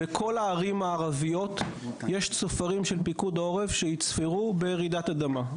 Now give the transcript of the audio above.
בכל הערים הערביות יש צופרים של פיקוד העורף שיצפרו ברעידת אדמה.